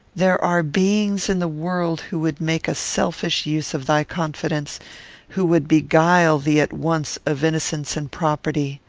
there are beings in the world who would make a selfish use of thy confidence who would beguile thee at once of innocence and property.